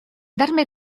darme